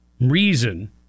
reason